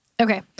Okay